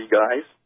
guys